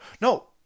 No